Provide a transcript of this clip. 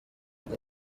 ubwo